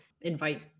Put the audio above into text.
invite